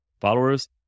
followers